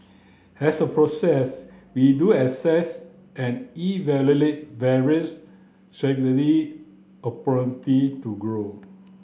as a process we do assess and evaluate various to growth